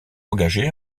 engagés